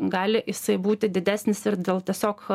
gali jisai būti didesnis ir dėl tiesiog